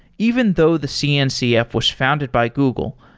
even though the cncf was founded by google,